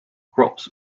crops